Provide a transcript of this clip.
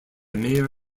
mayor